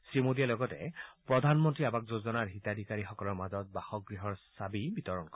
প্ৰধানমন্ত্ৰীয়ে লগতে প্ৰধানমন্ত্ৰী আৱাস যোজনাৰ হিতাধিকাৰীসকলৰ মাজত বাসগৃহৰ চাবি বিতৰণ কৰিব